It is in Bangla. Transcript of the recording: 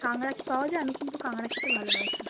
কাঁকড়া কি পাওয়া যায় আমি কিন্তু কাঁকড়া খেতে ভালবাসি